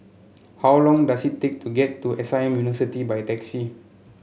how long does it take to get to S I M University by taxi